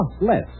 less